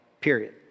period